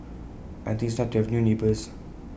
I think that's nice to have new neighbours